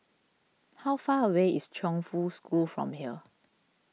how far away is Chongfu School from here